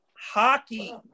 hockey